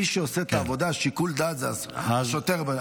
מי שעושה את העבודה, שיקול דעת, זה השוטר.